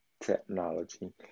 technology